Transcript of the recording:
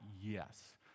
Yes